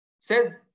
Says